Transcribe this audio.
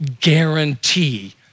guarantee